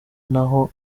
n’aho